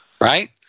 Right